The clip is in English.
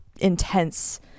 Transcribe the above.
intense